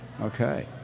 Okay